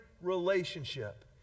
relationship